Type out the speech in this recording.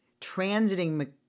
Transiting